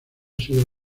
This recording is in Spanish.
sido